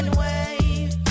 wave